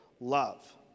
love